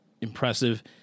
impressive